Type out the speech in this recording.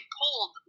pulled